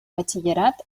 batxillerat